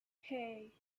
hey